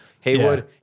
Haywood